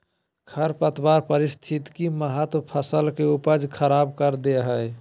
खरपतवार पारिस्थितिक महत्व फसल के उपज खराब कर दे हइ